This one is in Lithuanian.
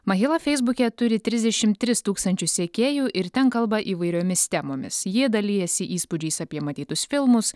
mahila feisbuke turi trisdešimt tris tūkstančius sekėjų ir ten kalba įvairiomis temomis jie dalijasi įspūdžiais apie matytus filmus